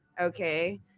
Okay